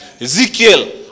Ezekiel